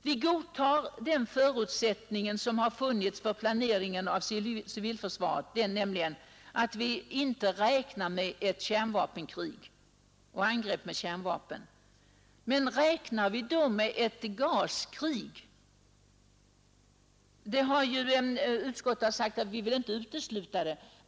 Vi godtar förutsättningen för planeringen av civilförsvaret, nämligen att vi inte skall behöva räkna med angrepp med kärnvapen. Räknar vi då med ett gaskrig? Utskottet vill inte utesluta det.